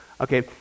okay